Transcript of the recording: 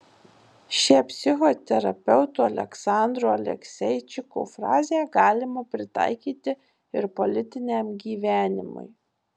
šią psichoterapeuto aleksandro alekseičiko frazę galima pritaikyti ir politiniam gyvenimui